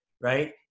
right